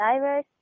diverse